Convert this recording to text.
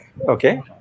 Okay